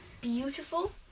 beautiful